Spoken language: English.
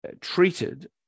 treated